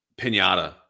pinata